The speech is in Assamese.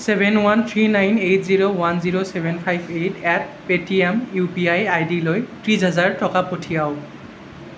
seven one three nine eight zero one zero seven five eight at Paytm U P I আইডিলৈ ত্ৰিশ হাজাৰ টকা পঠিৱাওক